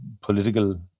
political